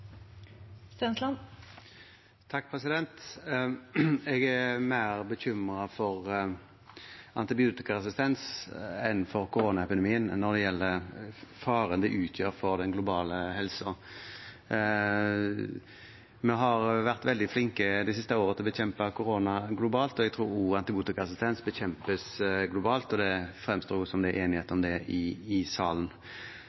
mer bekymret for antibiotikaresistens enn for koronaepidemien når det gjelder faren det utgjør for den globale helsen. Vi har vært veldig flinke det siste året til å bekjempe korona globalt. Jeg tror også antibiotikaresistens bekjempes globalt, og det fremstår også som om det er enighet